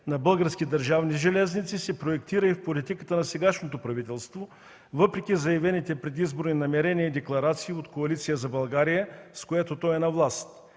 на Български държавни железници се проектира и в политиката на сегашното правителство, въпреки заявените предизборни намерения и декларации от Коалиция за България, с което то е на власт.